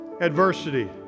adversity